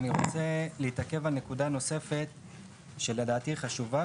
אני רוצה להתעכב על נקודה נוספת שלדעתי היא חשובה,